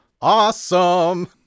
Awesome